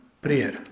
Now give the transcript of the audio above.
Prayer